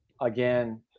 again